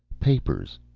papers,